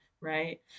Right